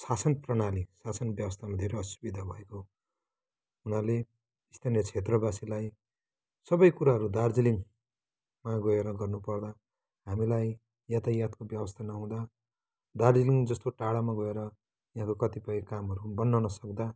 शासन प्रणाली शासन व्यवस्थामा धेरै असुविधा भएको हुनाले स्थानीय क्षेत्रवासीलाई सबै कुराहरू दार्जिलिङमा गएर गर्नुपर्दा हामीलाई यातायातको व्यवस्था नहुँदा दार्जिलिङ जस्तो टाडामा गएर यहाँको कतिपय कामहरू बन्न नसक्दा